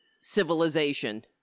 civilization